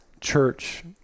church